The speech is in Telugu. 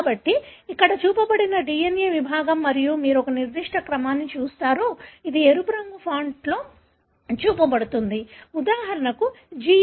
కాబట్టి ఇక్కడ చూపబడినది DNA విభాగం మరియు మీరు ఒక నిర్దిష్ట క్రమాన్ని చూస్తారు ఇది ఎరుపు రంగు ఫాంట్లో చూపబడుతుంది ఉదాహరణకు GAATTC